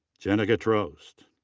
jenna getrost.